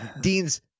Dean's